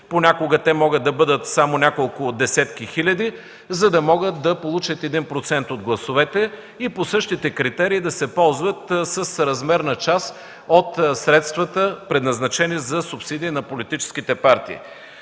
Понякога те могат да бъдат само няколко десетки хиляди, за да могат да получат 1% от гласовете и по същите критерии да се ползват с размер на част от средствата, предназначени за субсидии на политическите партии.